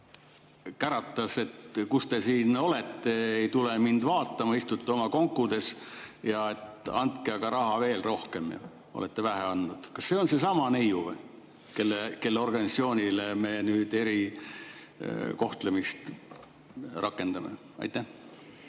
ja käratas, et kus te olete, ei tule mind vaatama, istute oma konkudes, andke aga raha veel rohkem, olete vähe andnud? Kas see on seesama neiu? Või kelle organisatsioonile me nüüd erikohtlemist rakendame? Hea